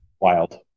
wild